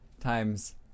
times